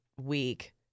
week